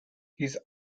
his